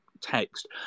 text